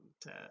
tab